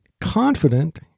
confident